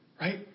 Right